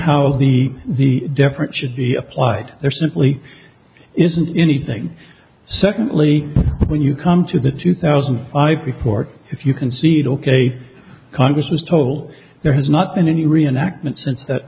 how the the different should be applied there simply isn't anything secondly when you come to the two thousand i've before if you concede ok congress was told there has not been any reenactments